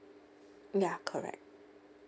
ya correct